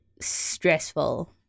stressful